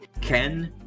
Ken